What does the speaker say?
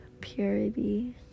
purity